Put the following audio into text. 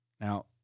Now